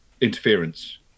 interference